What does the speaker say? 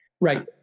Right